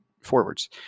forwards